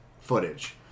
footage